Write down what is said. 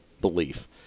belief